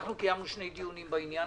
קיימנו שני דיונים בעניין